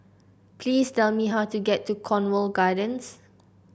please tell me how to get to Cornwall Gardens